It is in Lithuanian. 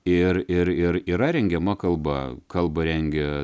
ir ir ir yra rengiama kalba kalbą rengia